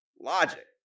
logic